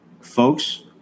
Folks